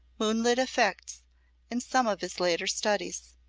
moonlit effects in some of his later studies.